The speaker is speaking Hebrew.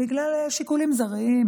בגלל שיקולים זרים,